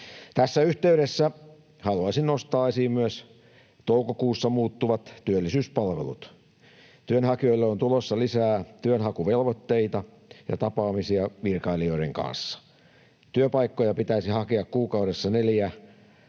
Tässä yhteydessä haluaisin nostaa esiin myös toukokuussa muuttuvat työllisyyspalvelut. Työnhakijoille on tulossa lisää työnhakuvelvoitteita ja tapaamisia virkailijoiden kanssa. Työpaikkoja pitäisi hakea kuukaudessa neljä